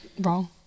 wrong